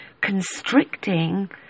constricting